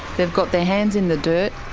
they've got their hands in the dirt,